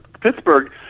Pittsburgh